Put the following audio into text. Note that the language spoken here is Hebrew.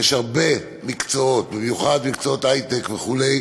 יש הרבה מקצועות, במיוחד מקצועות הייטק וכו',